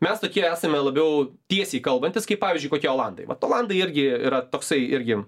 mes tokie esame labiau tiesiai kalbantys kaip pavyzdžiui kokie olandai vat olandai irgi yra toksai irgi